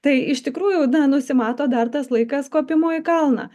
tai iš tikrųjų na nusimato dar tas laikas kopimo į kalną